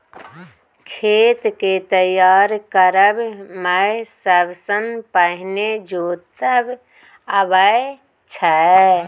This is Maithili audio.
खेत केँ तैयार करब मे सबसँ पहिने जोतब अबै छै